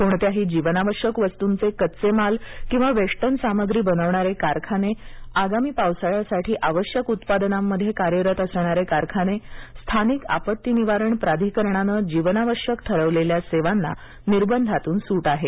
कोणत्याही जीवनावश्यक वस्तूंचे कच्चे माल किंवा वेष्टन सामग्री बनवणारे कारखाने आगामी पावसाळ्यासाठी आवश्यक उत्पादनांमधे कार्यरत कारखाने स्थानिक आपत्ती निवारण प्राधिकरणानं जीवनावश्यक ठरवलेल्या सेवांना निर्बंधातून सूट आहे